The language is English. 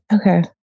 Okay